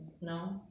No